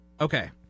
Okay